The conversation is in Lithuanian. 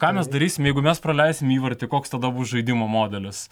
ką mes darysim jeigu mes praleisim įvartį koks tada bus žaidimo modelis